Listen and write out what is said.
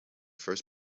first